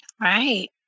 right